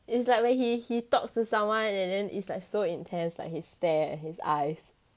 it's like when he he talks to someone and then it's like so intense like he stares at his eyes